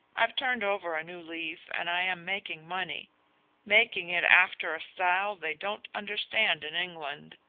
i've turned over a new leaf and i am making money making it after a style they don't understand in england.